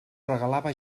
regalava